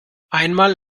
einmal